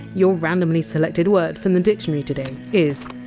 your randomly selected word from the dictionary today is